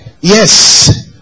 Yes